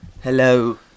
hello